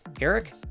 Eric